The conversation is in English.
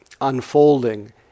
unfolding